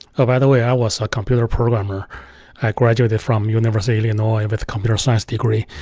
ah by the way, i was a computer programmer. i graduated from university illinois with computer science degree,